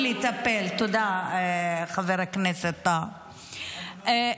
חוסר הרצון לטפל, תודה חבר הכנסת טאהא.